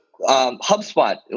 hubspot